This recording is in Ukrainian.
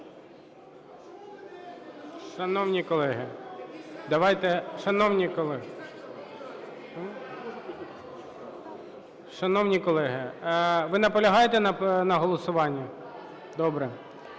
Шановні колеги, ви наполягаєте на голосуванні? Добре.